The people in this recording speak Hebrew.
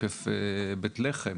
עוקף בית לחם